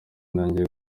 nongeye